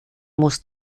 muss